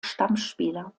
stammspieler